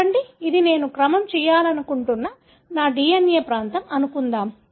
చెప్పండి ఇది నేను క్రమం చేయాలను కుంటున్న నా DNA ప్రాంతం అనుకుందాం